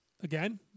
Again